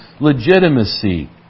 legitimacy